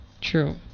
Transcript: True